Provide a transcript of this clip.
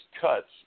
cuts